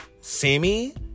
Sammy